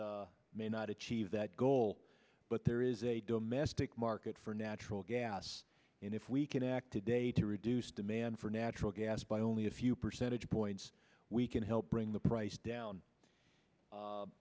not may not achieve that goal but there is a dome espec market for natural gas and if we can act today to reduce demand for natural gas by only a few percentage points we can help bring the price down